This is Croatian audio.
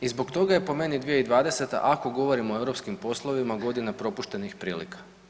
I zbog toga je po meni 2020., ako govorimo o europskim poslovima godina propuštenih prilika.